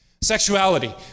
Sexuality